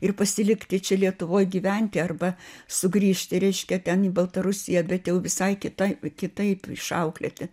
ir pasilikti čia lietuvoj gyventi arba sugrįžti reiškia ten į baltarusiją bet jau visai kitai kitaip išauklėti